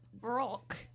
Rock